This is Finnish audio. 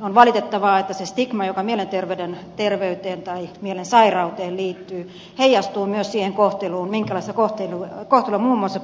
on valitettavaa että se stigma joka mielenterveyteen tai mielen sairauteen liittyy heijastuu myös siihen minkälaista kohtelua muun muassa